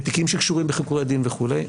ותיקים שקשורים בחיקורי דין וכולי.